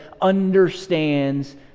understands